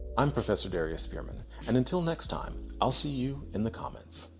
i'm prof. so darius spearman, and until next time i'll see you in the comments.